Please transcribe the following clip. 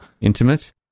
Intimate